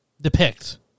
depict